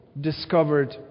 discovered